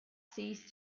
cease